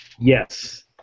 Yes